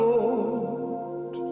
Lord